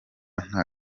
nta